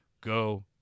Go